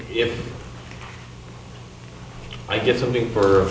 if i get something for